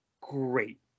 great